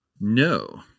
no